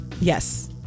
Yes